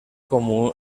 comú